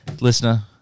Listener